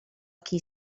qui